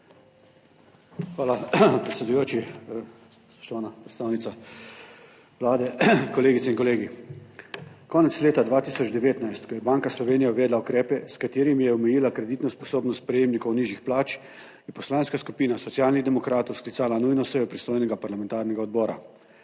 Hvala predsedujoči. Spoštovana predstavnica Vlade, kolegice in kolegi. Konec leta 2019, ko je Banka Slovenije uvedla ukrepe, s katerimi je omejila kreditno sposobnost prejemnikov nižjih plač, je Poslanska skupina Socialnih demokratov sklicala nujno sejo pristojnega parlamentarnega odbora.